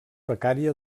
becària